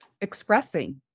expressing